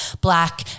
black